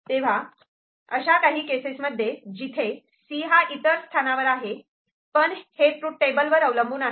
तेव्हा अशा काही केसेसमध्ये जिथे 'C' हा इतर स्थानावर आहे पण हे ट्रूथ टेबलवर अवलंबून आहे